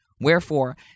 Wherefore